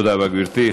תודה רבה, גברתי.